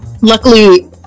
luckily